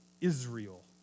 Israel